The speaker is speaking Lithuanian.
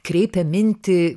kreipia mintį